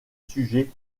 sujets